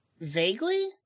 Vaguely